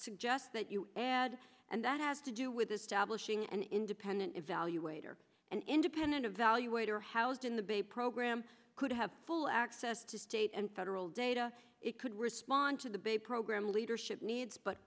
suggest that you add and that has to do with establishing an independent evaluator an independent evaluator housed in the bay program could have full access to state and federal data it could respond to the baby program leadership needs but